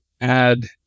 add